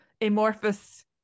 amorphous